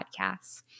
Podcasts